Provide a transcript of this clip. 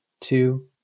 two